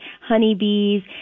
honeybees